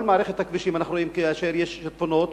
כל מערכת הכבישים, אנחנו רואים שכאשר יש שיטפונות,